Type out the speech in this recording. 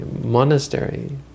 monastery